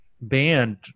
banned